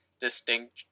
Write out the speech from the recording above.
distinct